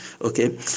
okay